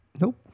Nope